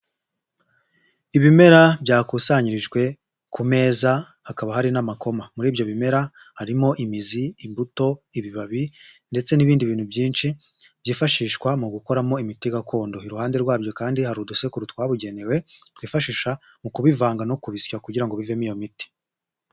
Ibimera byakusanyirijwe ku meza hakaba hari n'amakoma muri ibyo bimera harimo imizi, imbuto, ibibabi ndetse n'ibindi bintu byinshi byifashishwa mu gukoramo imiti gakondo, iruhande rwabyo kandi hari udusekuru twabugenewe twifashisha mu kubivanga no kubisya kugira ngo bivemo iyo miti.